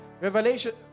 Revelation